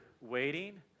waiting